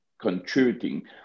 contributing